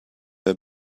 her